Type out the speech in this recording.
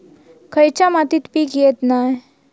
खयच्या मातीत पीक येत नाय?